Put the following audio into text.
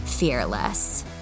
fearless